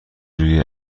روی